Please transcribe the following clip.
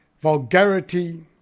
Vulgarity